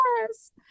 Yes